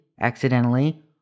accidentally